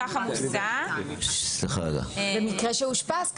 כתוב במקרה שאושפז,